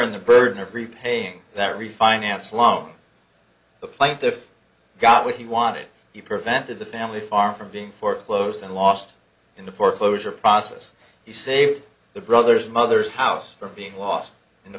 in the burden of repaying that refinance loan the plaintiff got what he wanted he prevented the family farm from being foreclosed and lost in the foreclosure process he saved the brother's mother's house from being lost in the